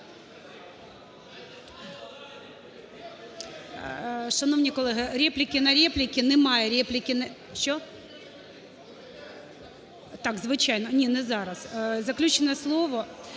Шановні колеги, репліки на репліки немає… Що? Так, звичайно, ні не зараз. Заключне слово…